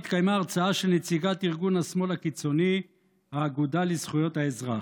התקיימה הרצאה של נציגת ארגון השמאל הקיצוני האגודה לזכויות האזרח.